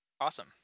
Awesome